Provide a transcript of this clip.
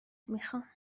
میخام